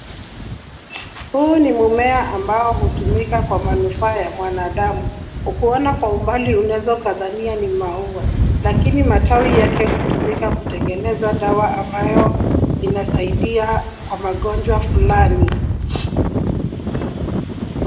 Huu ni mmea ambao hutumika kwa manufaa ya mwanadamu. Ukiona kwa umbali unaweza ukadhania ni maua, lakini matawi yake hutumika kutengeneza dawa ambayo inasaidia kwa magonjwa fulani.